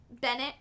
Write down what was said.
Bennett